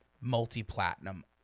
multi-platinum